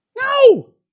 No